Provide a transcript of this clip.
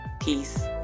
Peace